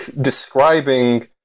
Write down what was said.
describing